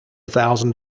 thousand